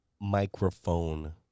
microphone